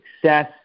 success